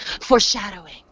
foreshadowing